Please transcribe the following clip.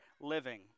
living